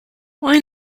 why